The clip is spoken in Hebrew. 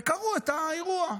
וקראו את האירוע.